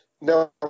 No